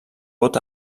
vot